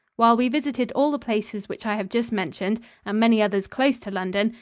while we visited all the places which i have just mentioned and many others close to london,